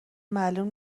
معلوم